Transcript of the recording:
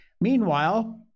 Meanwhile